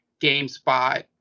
GameSpot